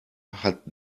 hat